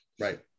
Right